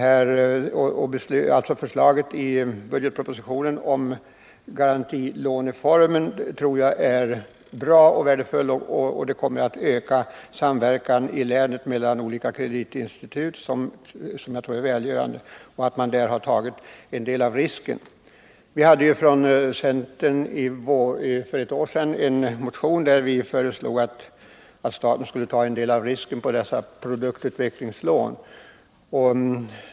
Förslaget om garantin i budgetpropositionen är bra och värdefullt. Denna låneform kommer att öka samverkan i länen mellan olika kreditinstitut — en samverkan som jag tror blir välgörande. Låneformen innebär också att staten tar en del av risken. Från centerhåll väcktes för ett år sedan en motion där det föreslogs att staten skulle ta en del av risken på produktutvecklingslånen.